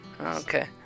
Okay